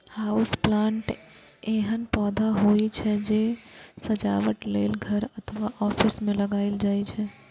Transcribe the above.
house plant एहन पौधा होइ छै, जे सजावट लेल घर अथवा ऑफिस मे लगाएल जाइ छै